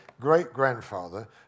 great-grandfather